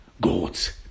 God's